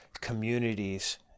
communities